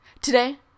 Today